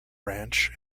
ranch